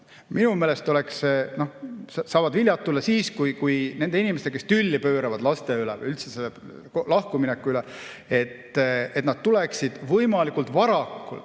Minu meelest saavad viljad tulla siis, kui need inimesed, kes tülli pööravad laste või üleüldse lahkumineku pärast, tuleksid võimalikult varakult